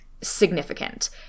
Significant